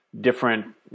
different